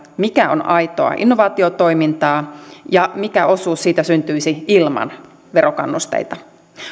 mikä on aitoa innovaatiotoimintaa ja mikä osuus siitä syntyisi ilman verokannusteita